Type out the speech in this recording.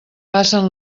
passen